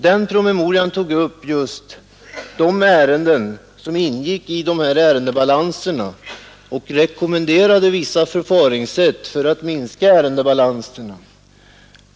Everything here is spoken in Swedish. Denna PM tog upp just de ärenden som ingick i ärendebalanserna. Den rekommenderade vissa förfaringssätt för att därigenom minska ärendebalanserna.